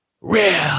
real